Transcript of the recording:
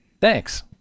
Thanks